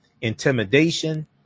intimidation